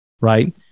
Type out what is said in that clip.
right